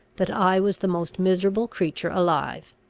that i was the most miserable creature alive.